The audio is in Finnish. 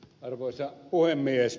arvoisa puhemies